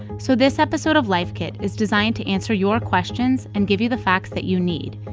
so this episode of life kit is designed to answer your questions and give you the facts that you need.